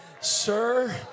Sir